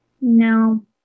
no